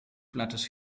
blattes